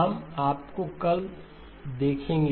हम आपको कल देखेंगे